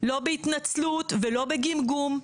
לא בהתנצלות ולא בגמגום.